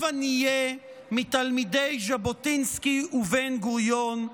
הבה נהיה מתלמידי ז'בוטינסקי ובן-גוריון.